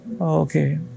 okay